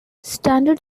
standard